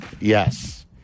Yes